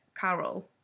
Carol